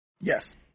Yes